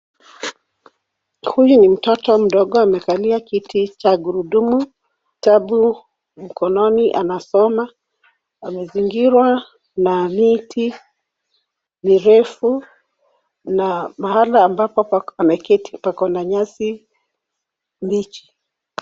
Huyu ni mtoto mdogo amekalia kiti cha gurudumu , kitabu mkononi anasoma . Amezingirwa na miti mirefu na mahala ambapo ameketi pako na nyasi mbichi.